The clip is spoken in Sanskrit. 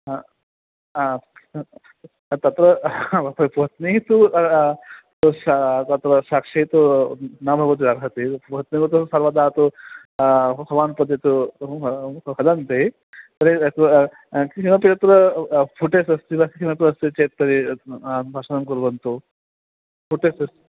हा हा तत् भवतः पत्नी तु तत् शा तत्र साक्षी तु न भवितुम् अर्हति भर्तुः तु सर्वदा तु भवान् कृते तु वदन्ति तदेव क्व किमपि तत्र फ़ुटेज् अस्ति वा किमपि अस्ति चेत् तर्हि भाषणं कुर्वन्तु फ़ुटेजस्